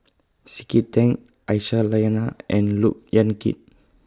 C K Tang Aisyah Lyana and Look Yan Kit